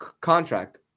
contract